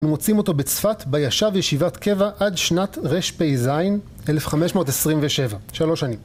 אנחנו מוצאים אותו בצפת בה ישב ישיבת קבע עד שנת רפ"ז, 1527, שלוש שנים.